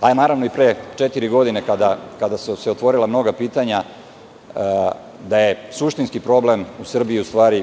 a naravno, i pre četiri godine, kada su se otvorila mnoga pitanja, da je suštinski problem u Srbiji, u stvari,